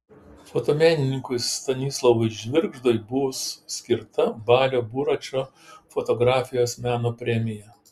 fotomenininkui stanislovui žvirgždui bus skirta balio buračo fotografijos meno premija